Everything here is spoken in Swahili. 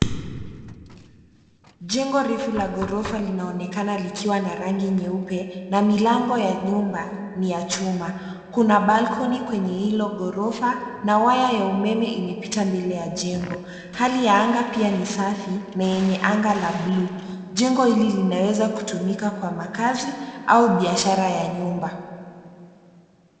Jengo refu la ghorofa linaonekana likiwa na rangi nyeupe, na milango ya nyumba ni ya chuma. Kuna balcony kwenye hilo ghorofa na waya ya umeme imepita mbele ya jengo. Hali ya anga pia ni safi na yenye anga la blue . Jengo hili linaweza kutumika kwa makaazi au biashara ya nyumba.